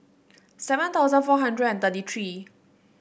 seven thousand four hundred and thirty three